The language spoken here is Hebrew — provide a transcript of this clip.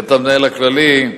את המנהל הכללי,